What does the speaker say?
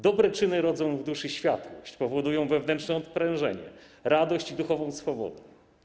Dobre czyny rodzą w duszy światłość, powodują wewnętrzne odprężenie, radość i duchową swobodę”